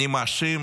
אני מאשים